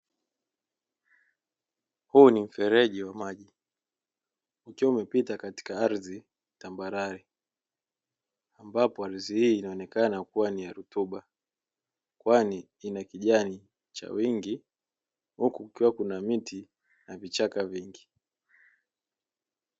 Huu ni mfereji wa maji ukiwa umepita katika ardhi tambarare, ambapo ardhi hii inaonekana kuwa ni ya rutuba kwani ina kijani cha wingi huku kukiwa kuna miti na vichaka vingi.